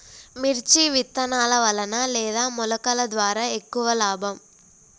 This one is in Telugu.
మిర్చి విత్తనాల వలన లేదా మొలకల ద్వారా ఎక్కువ లాభం?